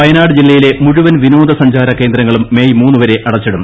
വയനാട് ജില്ലയിലെ മുഴുവൻ വിനോദ സഞ്ചാര കേന്ദ്രങ്ങളും മേയ് ദ വരെ അടച്ചിടും